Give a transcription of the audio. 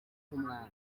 nk’umwami